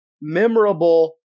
memorable